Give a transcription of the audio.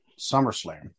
SummerSlam